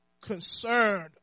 concerned